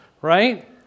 right